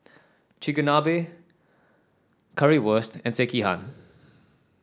Chigenabe Currywurst and Sekihan